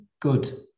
good